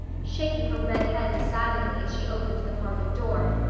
shaking her red head decidedly, as she opened the parlor door.